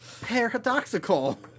Paradoxical